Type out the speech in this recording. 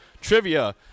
trivia